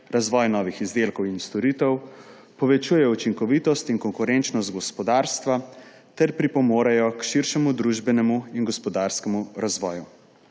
razvoj novih izdelkov in storitev, povečujejo učinkovitost in konkurenčnost gospodarstva ter pripomorejo k širšemu družbenemu in gospodarskemu razvoju.